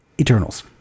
Eternals